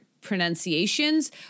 pronunciations